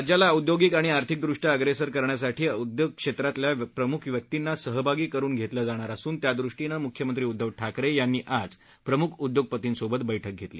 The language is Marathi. राज्याला औदयोगिक आणि आर्थिकदृष्ट्या अग्रेसर करण्यासाठी उदयोग क्षेत्रातील प्रम्ख व्यक्तींना सहभागी करून घेण्यात येणार असून त्यादृष्टीनं मुख्यमंत्री उदधव ठाकरे यांनी आज प्रम्ख उद्योगपतींसोबत बैठक घेतली